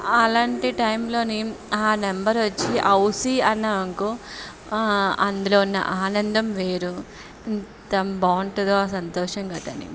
అలాంటి టైంలో ఆ నెంబర్ వచ్చి హౌసీ అన్నామనకో అందులో ఉన్న ఆనందం వేరు ఎంత బాగుంటుందో ఆ సంతోషం కట్టని